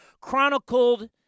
chronicled